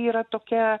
yra tokia